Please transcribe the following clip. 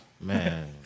Man